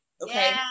okay